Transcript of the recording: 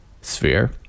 sphere